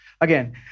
again